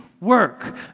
work